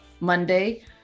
monday